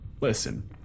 Listen